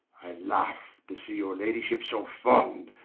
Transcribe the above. laugh to see your ladyship so fond,